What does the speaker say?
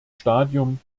stadium